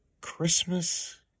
Christmas